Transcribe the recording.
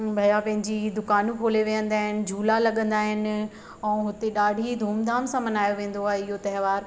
भया पंहिंजी दुकानूं खोले वेहंदा आहिनि झूला लगंदा आहिनि ऐं हुते ॾाढी ई धूमधाम सां मल्हायो वेंदो आहे इहो त्योहारु